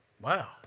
Wow